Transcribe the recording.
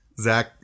Zach